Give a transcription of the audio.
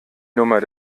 nummer